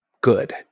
good